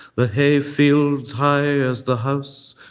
the hayfields high as the house,